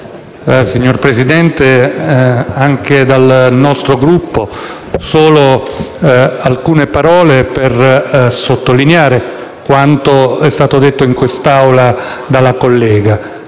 Signor Presidente, anche da parte del nostro Gruppo solo alcune parole per sottolineare quanto è stato detto in quest'Aula dalla collega